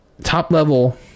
top-level